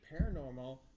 paranormal